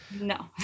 No